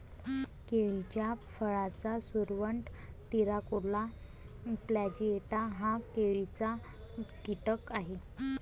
केळीच्या फळाचा सुरवंट, तिराकोला प्लॅजिएटा हा केळीचा कीटक आहे